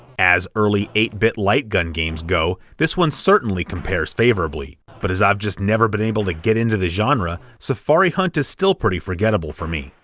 as early eight bit light gun games go, this one certainly compares favorably, but as i've just never been able to get into the genre, safari hunt is still pretty forgettable for me,